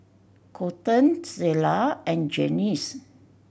Colten Zella and Glennis